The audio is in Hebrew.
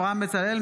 אברהם בצלאל,